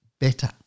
better